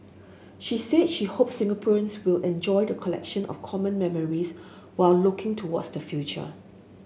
she said she hopes Singaporeans will enjoy the collection of common memories while looking towards the future